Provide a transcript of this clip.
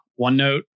OneNote